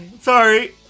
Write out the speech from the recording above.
Sorry